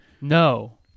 No